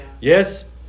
Yes